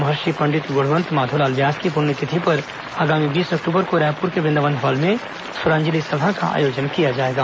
महर्षि पंडित गुणवंत माधवलाल व्यास की पुण्यतिथि पर आगामी बीस अक्ट्बर को रायपुर के वृंदावन हॉल में स्वरांजली सभा का आयोजन किया जाएगा